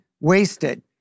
wasted